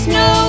no